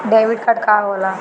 Debit card का होला?